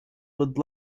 would